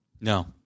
No